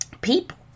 people